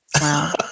Wow